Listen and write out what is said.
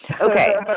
okay